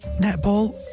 netball